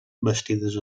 bastides